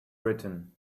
britain